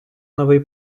новий